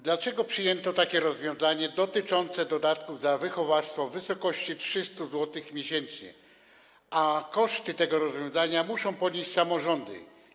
Dlaczego przyjęto takie rozwiązanie dotyczące dodatku za wychowawstwo w wysokości 300 zł miesięcznie, a koszty tego rozwiązania muszą ponieść samorządy?